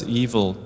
evil